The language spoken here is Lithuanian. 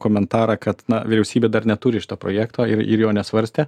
komentarą kad na vyriausybė dar neturi šito projekto ir jo nesvarstė